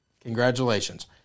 Congratulations